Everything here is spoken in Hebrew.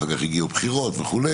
אחר כך הגיעו בחירות וכו',